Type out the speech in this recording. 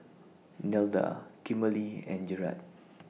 Nelda Kimberlie and Jerrad